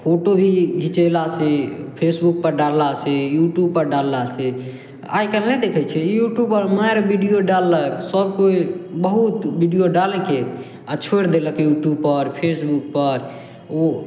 photo भी घिचेलासँ फेसबुकपर डाललासँ यूट्यूबपर डाललासँ आइकाल्हि नहि देखय छियै यूट्यूबपर मारि वीडियो डाललक सब कोइ बहुत वीडियो डालके आओर छोड़ि देलक यूट्यूबपर फेसबुकपर उ